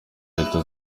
leta